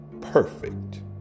perfect